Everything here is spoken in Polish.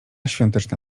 świąteczna